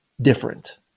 different